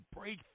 break